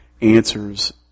answers